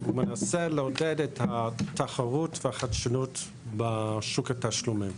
הוא מנסה לעודד את התחרות והחדשנות בשוק התשלומים.